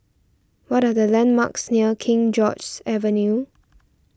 what are the landmarks near King George's Avenue